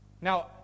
Now